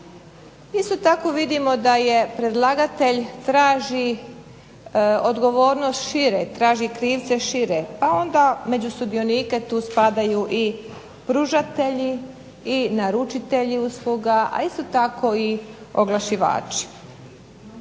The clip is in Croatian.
Isto tako vidimo da je predlagatelj traži odgovornost šire, traži krivce šire, pa onda među sudionike tu spadaju i pružatelji i naručitelji usluga, a isto tako i oglašivači.